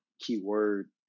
keyword